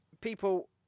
people